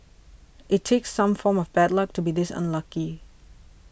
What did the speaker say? it takes some form of bad luck to be this unlucky